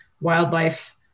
wildlife